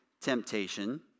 temptation